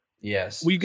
Yes